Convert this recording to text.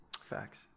Facts